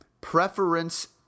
preference